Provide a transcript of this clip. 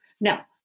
Now